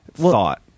thought